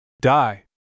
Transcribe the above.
Die